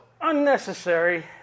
unnecessary